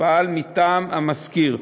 שפעל מטעם המשכיר.